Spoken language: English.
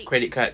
credit card